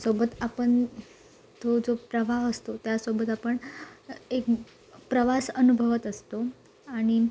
सोबत आपण तो जो प्रवाह असतो त्यासोबत आपण एक प्रवास अनुभवत असतो आणि